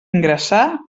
ingressar